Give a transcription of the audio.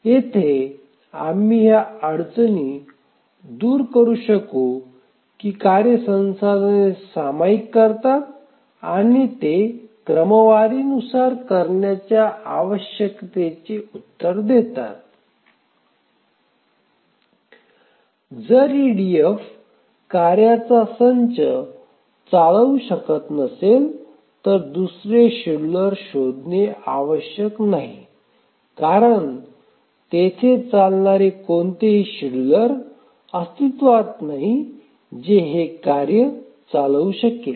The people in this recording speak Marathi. येथे आम्ही या अडचणी दूर करू शकू की कार्ये संसाधने सामायिक करतात आणि ते क्रमवारीनुसार करण्याच्या आवश्यकतेचे उत्तर देतात जर ईडीएफ कार्यांचा संच चालवू शकत नसेल तर दुसरे शेड्यूलर शोधणे आवश्यक नाही कारण तेथे चालणारे कोणतेही शेड्यूलर अस्तित्वात नाही जे ही कार्ये चालवू शकेल